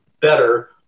better